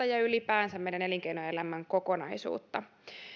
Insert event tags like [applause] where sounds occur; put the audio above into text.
[unintelligible] ja ylipäänsä meidän elinkeinoelämän kokonaisuutta